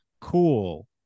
Cool